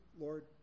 Lord